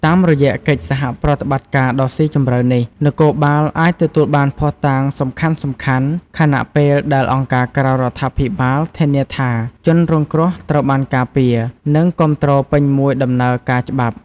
តាមរយៈកិច្ចសហប្រតិបត្តិការដ៏ស៊ីជម្រៅនេះ នគរបាលអាចទទួលបានភស្តុតាងសំខាន់ៗ ខណៈពេលដែលអង្គការក្រៅរដ្ឋាភិបាលធានាថាជនរងគ្រោះត្រូវបានការពារ និងគាំទ្រពេញមួយដំណើរការច្បាប់។